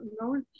no